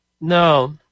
No